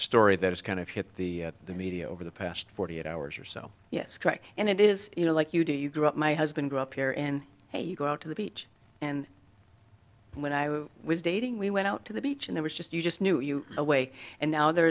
story that has kind of hit the the media over the past forty eight hours or so yes correct and it is you know like you do you grew up my husband grew up here and you go out to the beach and when i was dating we went out to the beach and there was just you just knew you away and now there